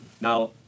Now